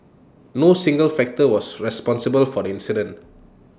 no single factor was responsible for the incident